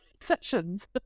sessions